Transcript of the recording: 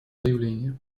заявление